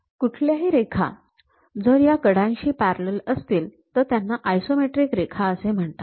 कुठल्याही रेखा जर या कडांशी पॅरलल असतील तर त्यांना आयसोमेट्रिक रेखा असे म्हणतात